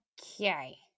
Okay